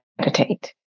meditate